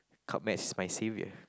come maths is my saviour